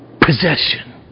possession